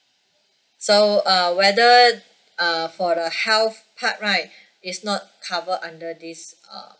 so err whether err for the health part right it's not cover under this uh